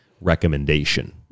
recommendation